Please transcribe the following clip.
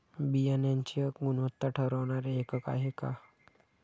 बियाणांची गुणवत्ता ठरवणारे एकक आहे का?